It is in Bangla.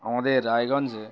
আমাদের রায়গঞ্জে